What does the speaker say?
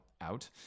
out